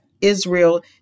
Israel